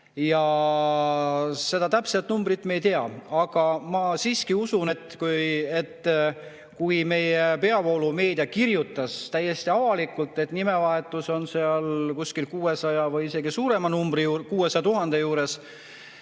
Seda täpset numbrit me ei tea. Aga ma siiski usun, et kui meie peavoolumeedia kirjutas täiesti avalikult, et nimevahetuse [kulu] on kuskil 600 000 või isegi suurema numbri juures,